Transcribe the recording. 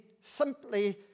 simply